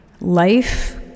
life